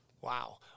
Wow